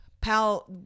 Pal